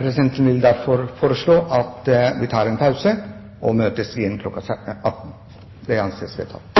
Presidenten vil derfor foreslå at vi hever formiddagsmøtet og setter nytt møte kl. 18. – Det anses vedtatt.